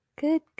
Good